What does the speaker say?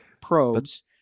probes